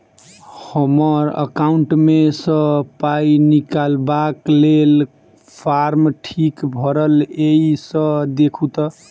हम्मर एकाउंट मे सऽ पाई निकालबाक लेल फार्म ठीक भरल येई सँ देखू तऽ?